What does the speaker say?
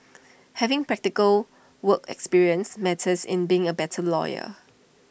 having practical work experience matters in being A better lawyer